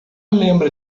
lembra